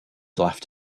laughed